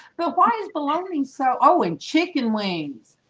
but why is belonging so owen chicken wings?